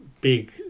big